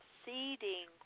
seeding